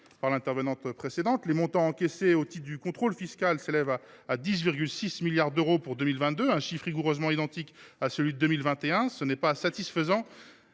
a là un véritable enjeu. Les montants encaissés au titre du contrôle fiscal s’élèvent à 10,6 milliards d’euros pour 2022, un chiffre rigoureusement identique à celui de 2021. Ce n’est pas satisfaisant